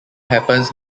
happens